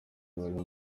barimo